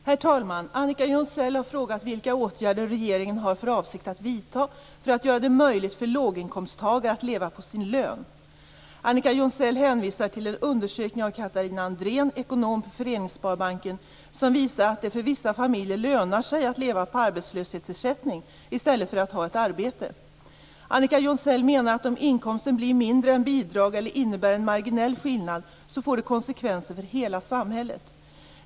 Herr talman! Annika Jonsell har frågat vilka åtgärder regeringen har för avsikt att vidta för att göra det möjligt för låginkomsttagare att leva på sin lön. Annika Jonsell hänvisar till en undersökning av Catharina Andréen, ekonom på Föreningssparbanken, som visar att det för vissa familjer lönar sig att leva på arbetslöshetsersättning i stället för att ha ett arbete. Annika Jonsell menar att om inkomsten blir mindre än bidrag eller innebär en marginell skillnad så får det konsekvenser för hela samhället.